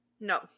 No